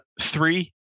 three